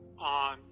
on